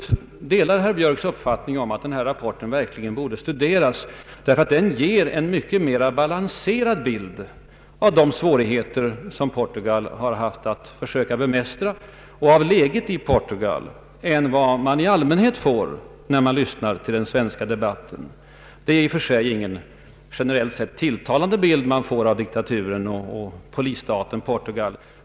Jag delar herr Björks uppfattning om att rapporten verkligen bör studeras, därför att den ger en mycket mer balanserad bild av de svårigheter som Portugal haft att försöka bemästra och av läget i Portugal än vad man i allmänhet får, när man lyssnar till den svenska debatten. Det är i och för sig, generellt sett, ingen tilltalande bild man får av diktaturen och polisstaten Portugal.